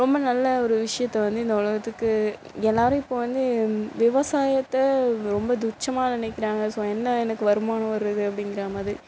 ரொம்ப நல்ல ஒரு விஷயத்தை வந்து இந்த உலகத்துக்கு எல்லாரும் இப்போ வந்து விவசாயத்தை ரொம்ப துச்சமாக நினைக்கிறாங்க ஸோ என்ன எனக்கு வருமானம் வருது அப்படிங்குற மாதிரி